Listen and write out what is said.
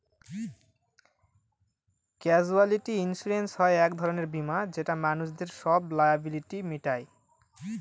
casualty insurance হয় এক ধরনের বীমা যেটা মানুষদের সব লায়াবিলিটি মিটায়